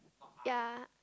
ya